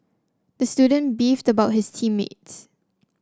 the student beefed about his team mates